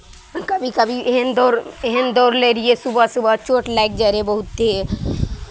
कि कभी एहन दौड़ एहन दौड़ने रहियै सुबह सुबह चोट लागि जाइत रहै बहुते